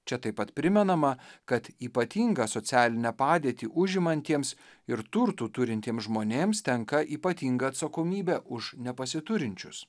čia taip pat primenama kad ypatingą socialinę padėtį užimantiems ir turtų turintiems žmonėms tenka ypatinga atsakomybė už nepasiturinčius